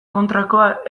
kontrakoa